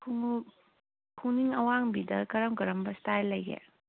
ꯈꯣꯡꯉꯨꯞ ꯈꯨꯅꯤꯡ ꯑꯋꯥꯡꯕꯤꯗ ꯀꯔꯝ ꯀꯔꯝꯕ ꯏꯁꯇꯥꯏꯜ ꯂꯩꯒꯦ